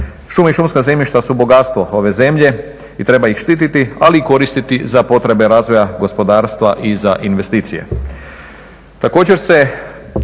Šume i šumska zemljišta su bogatstvo ove zemlje i treba ih štititi ali i koristiti za potrebe razvoja gospodarstva i za investicije.